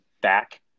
back